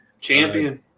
champion